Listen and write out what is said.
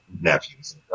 nephews